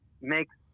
makes